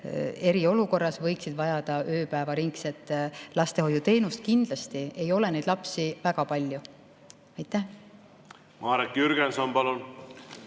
eriolukorras võiksid vajada ööpäevaringset lastehoiuteenust. Kindlasti ei ole neid lapsi väga palju. Marek Jürgenson, palun!